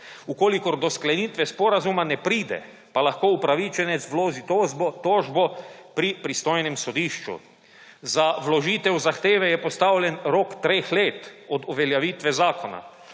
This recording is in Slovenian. dolga. Če do sklenitve sporazuma ne pride, pa lahko upravičenec vloži tožbo pri pristojnem sodišču. Za vložitev zahteve je postavljen rok treh let od uveljavitve zakona.